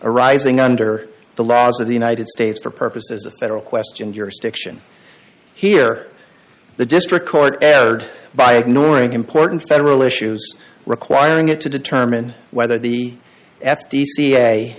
arising under the laws of the united states for purposes of federal question jurisdiction here the district court erred by ignoring important federal issues requiring it to determine whether the f